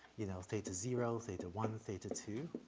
you know, theta zero, theta one, theta two.